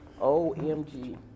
Omg